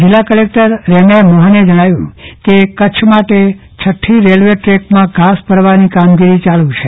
જીલ્લા કલેકટર રેમ્યા મોહને જણાવ્યું કે કચ્છ માટે છઠી રેલ્વે રેકમાં ઘાસ ભરવાની કામગીરી ચાલુ છે